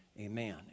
Amen